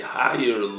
higher